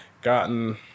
gotten